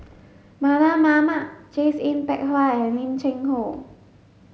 Mardan Mamat Grace Yin Peck Ha and Lim Cheng Hoe